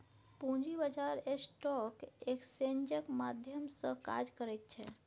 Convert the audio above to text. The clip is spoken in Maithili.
पूंजी बाजार स्टॉक एक्सेन्जक माध्यम सँ काज करैत छै